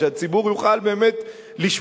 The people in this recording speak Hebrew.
שהציבור יוכל לשפוט,